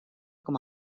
com